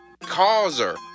causer